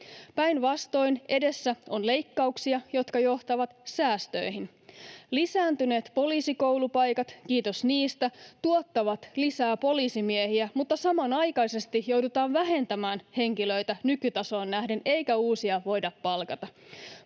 Päinvastoin, edessä on leikkauksia, jotka johtavat säästöihin. Lisääntyneet poliisikoulupaikat — kiitos niistä — tuottavat lisää poliisimiehiä, mutta samanaikaisesti joudutaan vähentämään henkilöitä nykytasoon nähden, eikä uusia voida palkata.